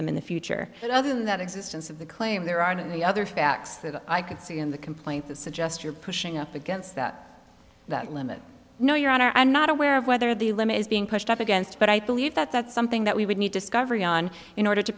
them in the future but other than that existence of the claim there aren't any other facts that i could see in the complaint that suggest you're pushing up against that that limit no your honor i'm not aware of whether the limb is being pushed up against but i believe that that's something that we would need discovery on in order to